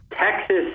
Texas